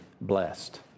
blessed